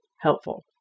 helpful